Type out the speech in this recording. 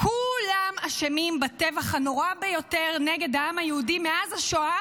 כולם אשמים בטבח הנורא ביותר נגד העם היהודי מאז השואה